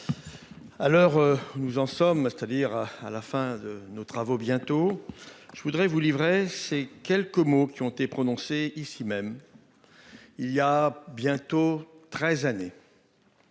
nous en sommes, c'est-à-dire à à la fin de nos travaux bientôt. Je voudrais vous livrer ces quelques mots qui ont été prononcés ici même. Il y a bientôt 13 années.